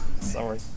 sorry